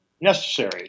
necessary